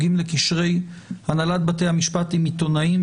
הנוגעים לקשרי הנהלת בתי המשפט עם עיתונאים,